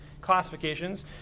classifications